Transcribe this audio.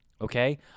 okay